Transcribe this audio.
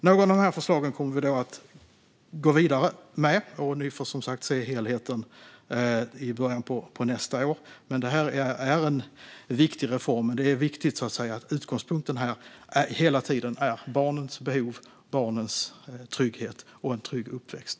Några av dessa förslag kommer vi att gå vidare med, och ni får som sagt se helheten i början av nästa år. Det här är en viktig reform, och det är viktigt att utgångspunkten hela tiden är barnens behov, barnens trygghet och en trygg uppväxt.